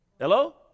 hello